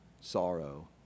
sorrow